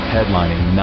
Headlining